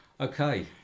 okay